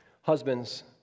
Husbands